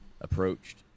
approached